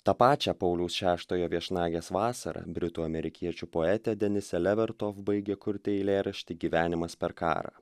tą pačią pauliaus šeštojo viešnagės vasarą britų amerikiečių poetė denisė levertof baigė kurti eilėraštį gyvenimas per karą